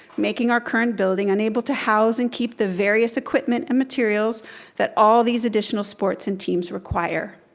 making our current building unable to house and keep the various equipment and materials that all these additional sports and teams require.